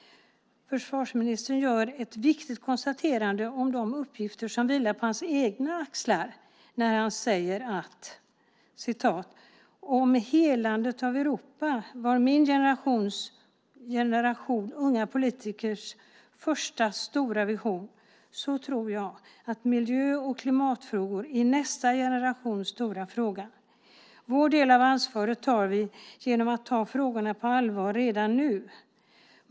Försvarsministern gör ett viktigt konstaterande om de uppgifter som vilar på hans egna axlar när han säger: "Om helandet av Europa var min generation unga politikers första stora vision så tror jag att miljö och klimatfrågor är nästa generations stora fråga. Vår del av ansvaret tar vi genom att ta frågorna på allvar redan nu.